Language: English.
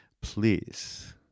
please